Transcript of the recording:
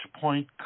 point